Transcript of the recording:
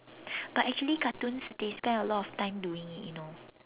but actually cartoons they spend a lot of time doing it you know